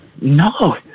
No